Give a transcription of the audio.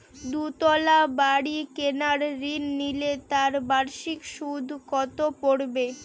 দুতলা বাড়ী কেনার ঋণ নিলে তার বার্ষিক সুদ কত পড়বে?